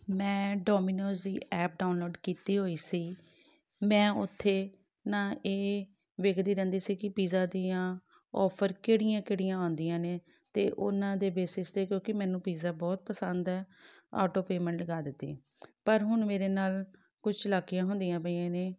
ਮੈਂ ਡੋਮੀਨੋਜ ਦੀ app download ਕੀਤੀ ਹੋਈ ਸੀ ਮੈਂ ਉੱਥੇ ਨਾ ਇਹ ਵੇਖਦੀ ਰਹਿੰਦੀ ਸੀ ਕਿ ਪੀਜ਼ਾ ਦੀਆਂ ਔਫਰ ਕਿਹੜੀਆਂ ਕਿਹੜੀਆਂ ਆਉਂਦੀਆਂ ਨੇ ਅਤੇ ਉਹਨਾਂ ਦੇ ਬੇਸਿਸ 'ਤੇ ਕਿਉਂਕਿ ਮੈਨੂੰ ਪੀਜ਼ਾ ਬਹੁਤ ਪਸੰਦ ਹੈ ਆਟੋ ਪੇਮੈਂਟ ਲਗਾ ਦਿੱਤੀ ਪਰ ਹੁਣ ਮੇਰੇ ਨਾਲ ਕੁਛ ਚਲਾਕੀਆਂ ਹੁੰਦੀਆਂ ਪਈਆਂ ਨੇ